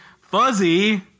Fuzzy